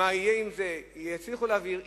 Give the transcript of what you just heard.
מה יהיה עם זה, יצליחו להעביר?